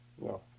No